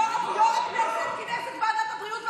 בגלל שהתנגדתי לחוק הזה יו"ר הכנסת כינס את ועדת הבריאות,